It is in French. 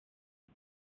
ses